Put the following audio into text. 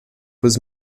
was